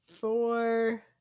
Four